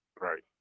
right